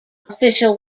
official